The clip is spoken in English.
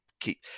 keep